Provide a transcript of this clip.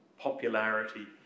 popularity